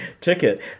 ticket